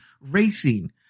racing